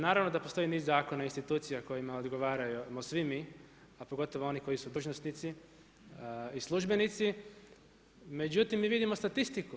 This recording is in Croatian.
Naravno da postoji niz zakona, institucija kojima odgovaramo svi mi, a pogotovo oni koji su dužnosnici i službenici, međutim mi vidimo statistiku.